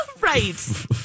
right